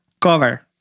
cover